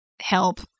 help